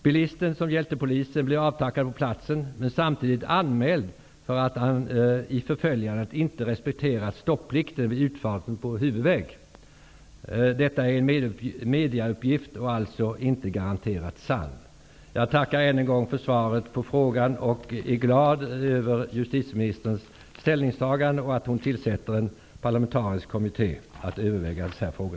Bilisten som hjälpte polisen blev avtackad på platsen, men han blev samtidigt anmäld för att han vid förföljandet inte hade respekterat stopplikten vid utfarten till huvudväg. Detta är en medieuppgift som alltså inte är garanterat sann. Jag tackar än en gång för svaret på frågan. Jag är glad över justitieministerns ställningstagande och för att hon skall tillsätta en parlamentarisk kommitté som skall överväga dessa frågor.